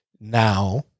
now